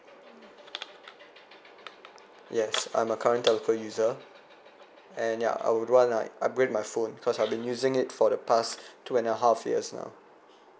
yes I'm a current telco user and ya I would want like upgrade my phone cause I've been using it for the past two and a half years now